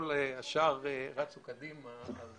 כל השאר רצו קדימה.